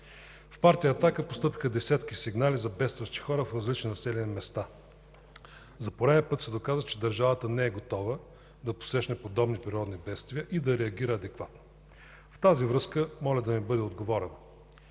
В партия „Атака” постъпиха десетки сигнали за бедстващи хора в различни населени места. За пореден път се доказа, че държавата не е готова да посрещне подобни природни бедствия и да реагира адекватно. В тази връзка моля да ми бъде отговорено: